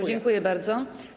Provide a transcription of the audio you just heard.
Dziękuję bardzo.